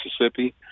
Mississippi